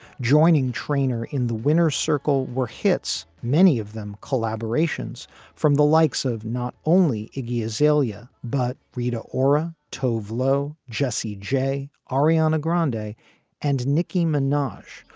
joining trainer in the winner's circle were hits, many of them collaborations from the likes of not only iggy azalea but rita ora, tove lo, jessie j. ariana grande day and nicki minaj,